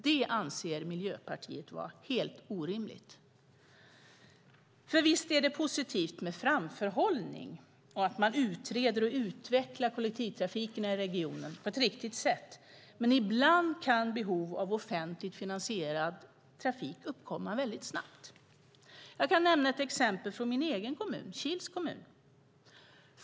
Det anser Miljöpartiet är helt orimligt. Visst är det positivt med framförhållning och att man utreder och utvecklar kollektivtrafiken i regionen på ett riktigt sätt, men ibland kan behov av offentligt finansierad trafik uppkomma väldigt snabbt. Jag kan nämna ett exempel från min egen kommun, Kils kommun.